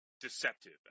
deceptive